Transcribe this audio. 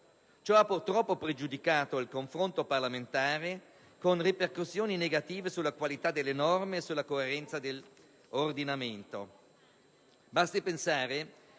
Ciò ha purtroppo pregiudicato il confronto parlamentare con ripercussioni negative sulla qualità delle norme e sulla coerenza dell'ordinamento.